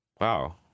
Wow